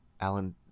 Alan